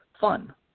fun